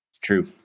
True